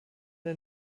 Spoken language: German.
der